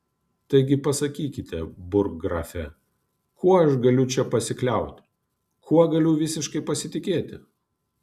taigi pasakykite burggrafe kuo aš galiu čia pasikliauti kuo galiu visiškai pasitikėti